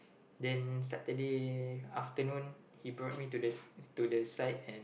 then Saturday afternoon he brought me to the s~ to the site and